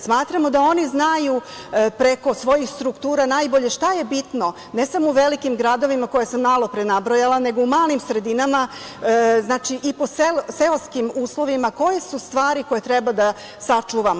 Smatramo da oni znaju preko svojih struktura najbolje šta je bitno, ne samo u velikim gradovima koje sam malopre nabrojala, nego u malim sredinama i po seoskim uslovima koje su svari koje treba da sačuvamo.